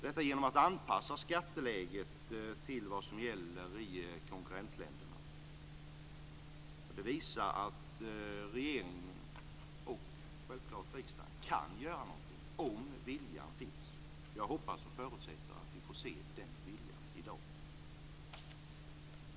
Detta genom att anpassa skatteläget till vad som gäller i konkurrentländerna. Det visar att regeringen och riksdagen kan göra någonting om viljan finns. Jag hoppas och förutsätter att vi får se den viljan i dag.